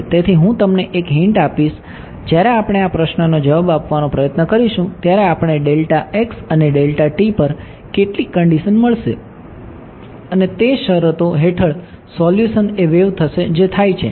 તેથી હું તમને એક હિંટ આપીશ જ્યારે આપણે આ પ્રશ્નનો જવાબ આપવાનો પ્રયત્ન કરીશું ત્યારે આપણને ડેલ્ટા x અને ડેલ્ટા t પર કેટલીક કન્ડિશન મળશે અને તે શરતો હેઠળ સોલ્યુશન એ વેવ થશે જે થાય છે